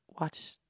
watch